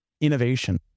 innovation